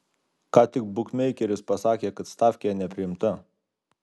ką tik bukmeikeris pasakė kad stafkė nepriimta